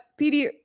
pd